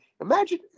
imagine